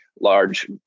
large